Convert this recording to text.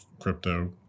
crypto